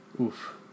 Oof